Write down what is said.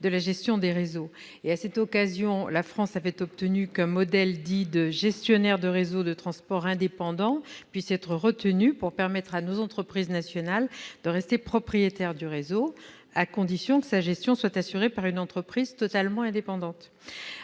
de la gestion des réseaux. À cette occasion, la France avait obtenu qu'un modèle dit de « gestionnaire de réseau de transport indépendant » puisse être retenu, pour permettre à nos entreprises nationales de rester propriétaires du réseau, à condition que sa gestion soit assurée par une entreprise totalement indépendante.